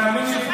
תאמיני לי,